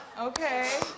Okay